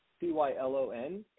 C-Y-L-O-N